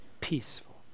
peaceful